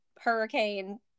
hurricane